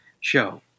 show